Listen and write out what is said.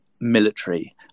military